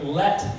let